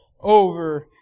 over